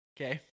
Okay